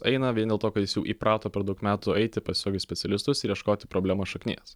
aina vien dėl to kad jis jau įprato per daug metų aiti pas specialistus ir ieškoti problemos šaknies